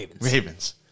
Ravens